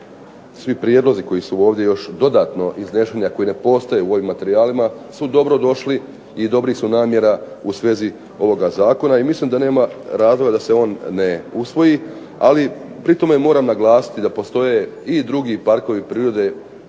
svi prijedlozi koji su ovdje još dodatno iznešeni, a koji ne postoje u ovim materijalima su dobrodošli i dobrih su namjera u svezi ovog zakona i mislim da nema razloga se on ne usvoji. Ali pri tome moram naglasiti da postoje i drugi parkovi prirode i